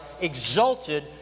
exalted